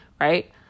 right